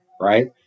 right